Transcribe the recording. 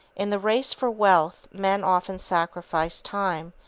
in the race for wealth men often sacrifice time,